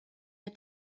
der